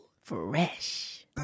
Fresh